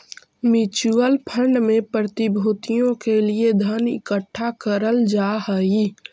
mutual fund में प्रतिभूतियों के लिए धन इकट्ठा करल जा हई